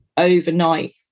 overnight